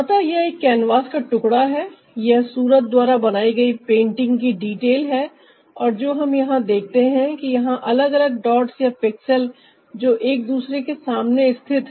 अतः यह एक कैनवास का टुकड़ा है यह सूरत द्वारा बनाई गई पेंटिंग की डिटेल है और जो हम यहां देखते हैं कि यहां अलग अलग डॉट्स या पिक्सेल जो एक दूसरे के सामने स्थित है